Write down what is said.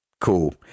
cool